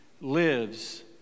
lives